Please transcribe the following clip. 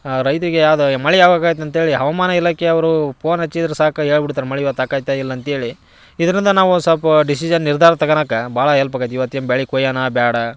ರೈತರಿಗೆ ಯಾವುದು ಮಳೆ ಯಾವಾಗ ಆಯ್ತು ಅಂಥೇಳಿ ಹವಾಮಾನ ಇಲಾಖೆ ಅವರೂ ಪೋನ್ ಹಚ್ಚಿದ್ರೆ ಸಾಕು ಹೇಳ್ಬಿಡ್ತಾರೆ ಮಳೆ ಇವತ್ತು ಆಕ್ಕೈತ ಇಲ್ಲ ಅಂಥೇಳಿ ಇದರಿಂದ ನಾವು ಸ್ವಲ್ಪ ಡಿಶಿಷನ್ ನಿರ್ಧಾರ ತಗೊಳ್ಳೋಕೆ ಭಾಳ ಎಲ್ಪ್ ಆಕ್ಕೈತಿ ಈವತ್ತು ಏನು ಬೆಳೆ ಕೊಯ್ಯೋಣ ಬೇಡ